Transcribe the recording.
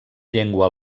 llengua